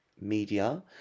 media